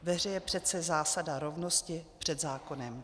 Ve hře je přece zásada rovnosti před zákonem.